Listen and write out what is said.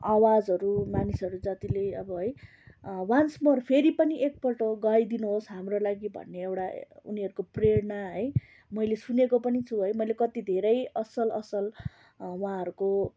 आवाजहरू मानिसहरू जतिले अब है वान्स मोर फेरि पनि एकपल्ट गाइदिनुहोस् हाम्रो लागि भन्ने एउटा उनीहरूको प्रेरणा है मैले सुनेको पनि छु है मैले कति धेरै असल असल उहाँहरूको